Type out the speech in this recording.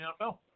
NFL